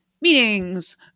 meetings